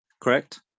Correct